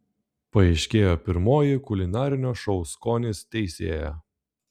paaiškėjo pirmoji kulinarinio šou skonis teisėja